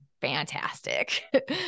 fantastic